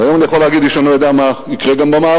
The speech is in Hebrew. והיום אני יכול להגיד: איש אינו יודע מה יקרה גם במערב.